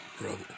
Brother